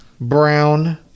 Brown